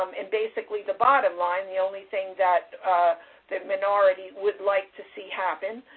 um and basically the bottom line, the only thing that that minority would like to see happen,